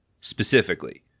specifically